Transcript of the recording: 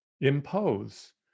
impose